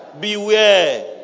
Beware